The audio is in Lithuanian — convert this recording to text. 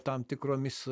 tam tikromis